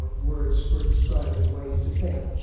words for describing ways to think,